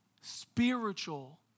spiritual